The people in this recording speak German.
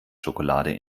schokolade